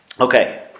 Okay